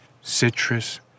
citrus